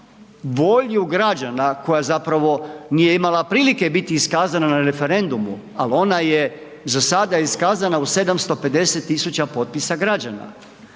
volju građana koja zapravo nije imala prilike biti iskazana na referendumu, al ona je za sada iskazana u 750 000 potpisa građana.